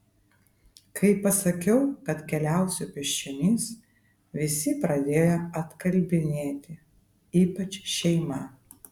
kai pasakiau kad keliausiu pėsčiomis visi pradėjo atkalbinėti ypač šeima